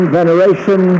veneration